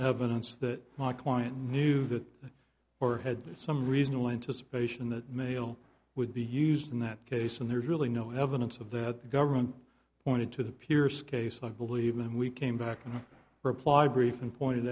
evidence that my client knew that or had some reasonable anticipation that mail would be used in that case and there's really no evidence of that the government pointed to the pierce case i believe and we came back in reply brief and pointed